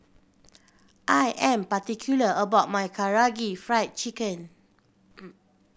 I am particular about my Karaage Fried Chicken